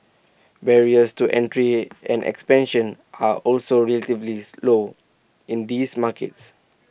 barriers to entry and expansion are also relatively slow in these markets